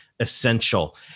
essential